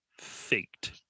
faked